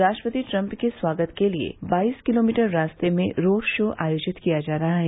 राष्ट्रपति ट्रम्प के स्वागत के लिए बाईस किलोमीटर रास्ते में रोड शो आयोजित किया जा रहा है